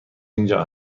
اینجا